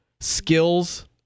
skills